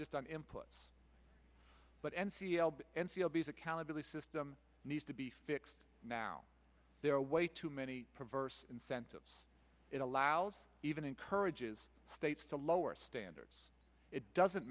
just on inputs but n c l b n c l b is accountability system needs to be fixed now there are way too many perverse incentives it allows even encourages states to lower standards it doesn't